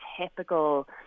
typical